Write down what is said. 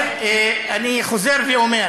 למה שמת את התמונה של מסגד אל-אקצא, למשל,